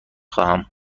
خواهم